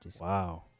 Wow